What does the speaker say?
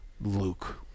Luke